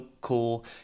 cool